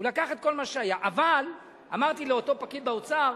לקח את כל מה שהיה, אבל אמרתי לאותו פקיד באוצר: